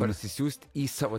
parsisiųst į savo